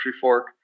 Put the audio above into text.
fork